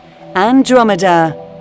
Andromeda